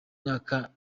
mwaka